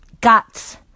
guts